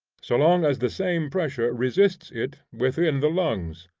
so long as the same pressure resists it within the lungs.